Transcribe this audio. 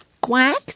Quack